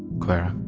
clara.